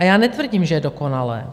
A já netvrdím, že je dokonalé.